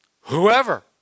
whoever